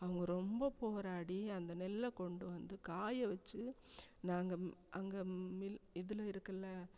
அவங்க ரொம்ப போராடி அந்த நெல்லை கொண்டு வந்து காய வச்சு நாங்கள் அங்கே மில் இதில் இருக்குதில்ல